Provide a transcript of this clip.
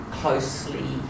closely